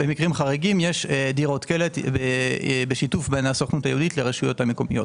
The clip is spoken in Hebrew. במקרים חריגים יש דירות קלט בשיתוף הסוכנות היהודית והרשויות המקומיות.